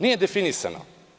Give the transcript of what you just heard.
Nije definisano.